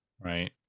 right